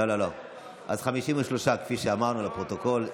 אז 53, לפרוטוקול.